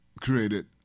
created